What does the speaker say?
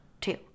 Two